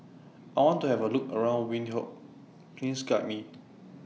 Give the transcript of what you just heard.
I want to Have A Look around Windhoek Please Guide Me